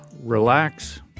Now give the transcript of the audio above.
relax